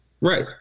Right